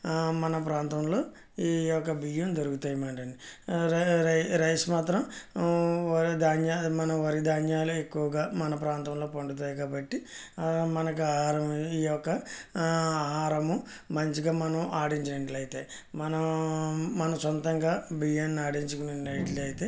మన ప్రాంతంలో ఈ యొక్క బియ్యం దొరుకుతాయన్నమాట రై రై రైస్ మాత్రం వరి ధాన్యాలు మన వరి ధాన్యాలు ఎక్కువగా మన ప్రాంతంలో పండుతాయి కాబట్టి మనకు ఆహారం ఈ యొక్క ఆహారము మంచిగా మనం ఆడించినట్లయితే మనం మన సొంతంగా బియ్యాన్ని ఆడించుకున్నట్లయితే